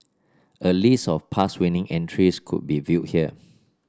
a list of past winning entries could be viewed here